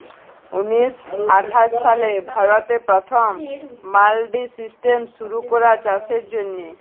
উনিশ শ আঠাশ সালে ভারতে পথম মাল্ডি সিস্টেম শুরু ক্যরা চাষের জ্যনহে